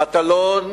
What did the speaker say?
מטלון